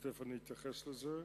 ותיכף אני אתייחס לזה.